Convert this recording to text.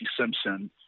simpson